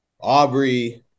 Aubrey